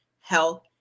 health